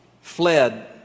fled